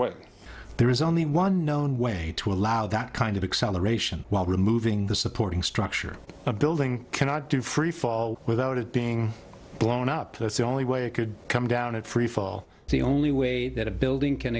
way there is only one known way to allow that kind of acceleration while removing the supporting structure of building cannot do freefall without it being blown up that's the only way it could come down in freefall the only way that a building can